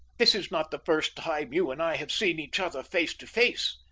this is not the first time you and i have seen each other face to face.